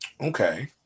okay